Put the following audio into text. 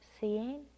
seeing